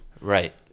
right